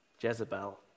Jezebel